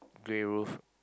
grey roof